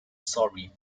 sorry